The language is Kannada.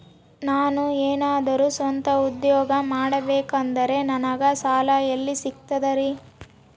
ನಾನು ಏನಾದರೂ ಸ್ವಂತ ಉದ್ಯೋಗ ಮಾಡಬೇಕಂದರೆ ನನಗ ಸಾಲ ಎಲ್ಲಿ ಸಿಗ್ತದರಿ?